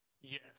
yes